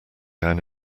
down